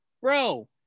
Bro